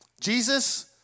Jesus